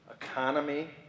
economy